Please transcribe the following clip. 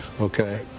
okay